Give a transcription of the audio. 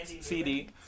CD